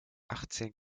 achtzehn